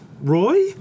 Roy